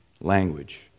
language